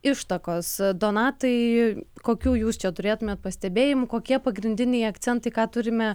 ištakos donatai kokių jūs čia turėtumėt pastebėjimų kokie pagrindiniai akcentai ką turime